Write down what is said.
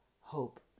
hope